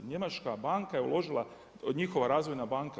Njemačka banka je uložila, njihova Razvojna banka.